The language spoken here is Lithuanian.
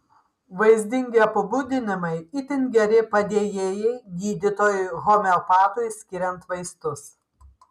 vaizdingi apibūdinimai itin geri padėjėjai gydytojui homeopatui skiriant vaistus